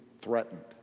threatened